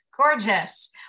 Gorgeous